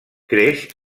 creix